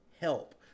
help